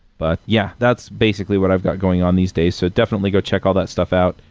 but yeah, that's basically what i've got going on these days. so, definitely go check all that stuff out,